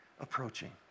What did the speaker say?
approaching